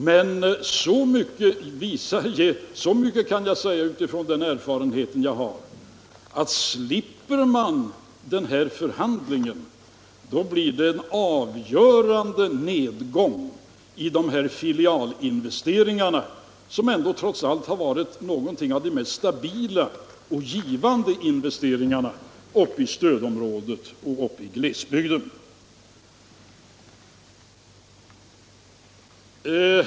Men så mycket kan jag säga utifrån de erfarenheter jag har, att avstår man från dessa förhandlingar, blir det en avgörande nedgång i filialinvesteringarna, som trots allt har varit de mest stabila och givande investeringarna i stödområdet och uppe i glesbygderna.